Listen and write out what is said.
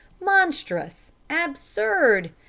monstrous! absurd!